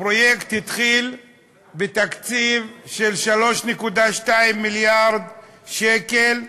הפרויקט התחיל בתקציב של 3.2 מיליארד שקלים,